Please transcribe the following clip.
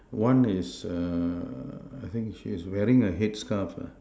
one is err I think she is wearing a headscarf ah